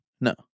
No